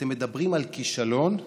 אתם מדברים על כישלון,